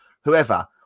whoever